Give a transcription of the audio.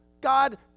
God